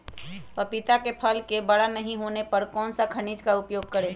पपीता के फल को बड़ा नहीं होने पर कौन सा खनिज का उपयोग करें?